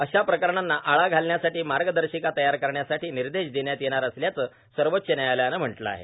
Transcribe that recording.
अशा प्रकरणांना आळा घालण्यासाठी मार्गदर्शिका तयार करण्यासाठी निर्देश देण्यात येणार असल्याचं सर्वोच्च न्यायालयानं म्हटलं आहे